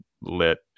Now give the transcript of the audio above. lit